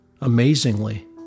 Amazingly